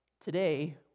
Today